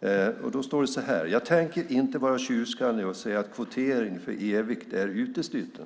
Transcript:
Det står så här: "Jag tänker inte vara tjurskallig och säga att kvotering för evigt är uteslutet.